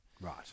Right